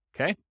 Okay